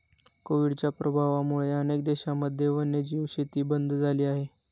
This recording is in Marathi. कोविडच्या प्रभावामुळे अनेक देशांमध्ये वन्यजीव शेती बंद झाली आहे